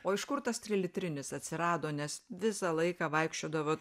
o iš kur tas trilitrinis atsirado nes visą laiką vaikščiodavo